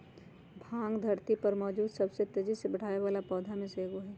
भांग धरती पर मौजूद सबसे तेजी से बढ़ेवाला पौधा में से एगो हई